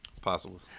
Possible